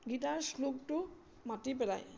guitar শ্লোকটো মাতি পেলায়